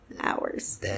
hours